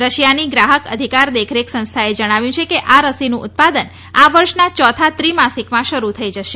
રશિયાના ગ્રાહક અધિકાર દેખરેખ સંસ્થાએ જણાવ્યું ક આ રસીનું ઉત્પાદન આ વર્ષના ચોથા ત્રિમાસિકમાં શરૂ થઇ જશે